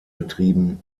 betrieben